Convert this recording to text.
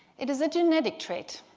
it is a genetic trait.